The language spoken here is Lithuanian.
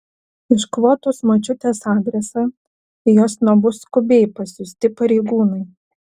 iškvotus močiutės adresą į jos namus skubiai pasiųsti pareigūnai